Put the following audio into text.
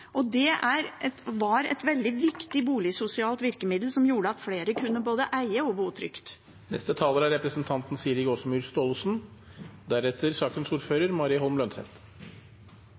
og den gruppa er helt borte nå. Det var et veldig viktig boligsosialt virkemiddel, som gjorde at flere kunne både eie og